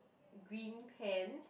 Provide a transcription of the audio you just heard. green pants